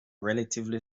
relatively